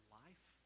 life